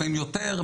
לפעמים יותר,